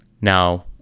Now